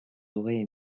auraient